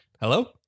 Hello